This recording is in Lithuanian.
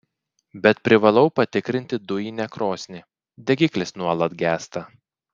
bet privalau patikrinti dujinę krosnį degiklis nuolat gęsta